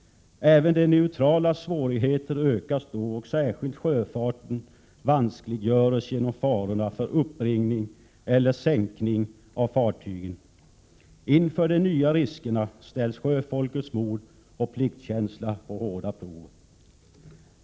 Även de neutralas svårigheter ökas då och särskilt sjöfarten vanskliggöres genom farorna för uppbringning eller sänkning av fartygen. Inför de nya riskerna ställes sjöfolkets mod och pliktkänsla på hårda prov.